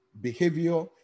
behavior